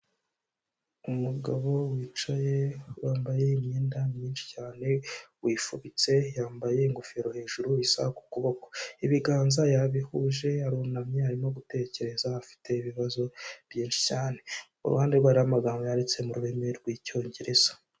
Umugabo wicaye wambaye imyenda myinshi cyane wifubitse yambaye ingofero hejuru isa ku kuboko, ibiganza yabihuje arunamye arimo gutekereza afite ibibazo byinshi cyane, ku ruhande hari amagambo yanditse mu rurimi rw'icyongereza.